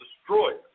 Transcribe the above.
destroyer